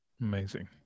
Amazing